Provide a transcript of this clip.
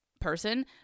person